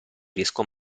riesco